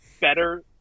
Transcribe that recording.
better